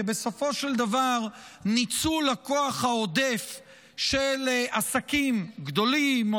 כי בסופו של דבר ניצול הכוח העודף של עסקים גדולים או